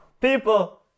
people